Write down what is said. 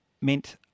meant